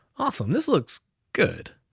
awesome, this looks good.